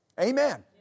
Amen